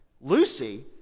Lucy